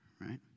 right